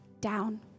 down